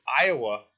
Iowa